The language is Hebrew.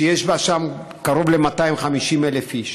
שיש לה שם קרוב ל-250,000 איש